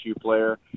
player